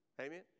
Amen